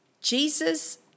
Jesus